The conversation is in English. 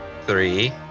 three